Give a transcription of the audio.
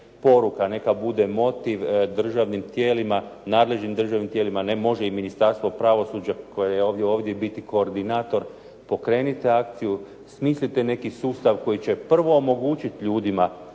neka bude motiv državnim tijelima, nadležnim državnim tijelima, ne. Može i Ministarstvo pravosuđa koje je ovdje biti koordinator. Pokrenite akciju, smislite neki sustav koji će prvo omogućiti ljudima